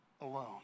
alone